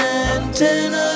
antenna